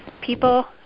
people